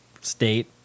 state